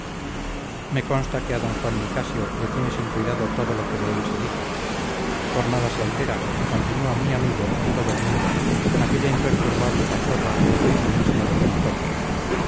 me consta que a d juan nicasio le tiene sin cuidado todo lo que de él se dice por nada se altera y continúa muy amigo de todo el mundo con aquella imperturbable pachorra y aquel cinismo de buen tono